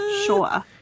Sure